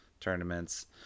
tournaments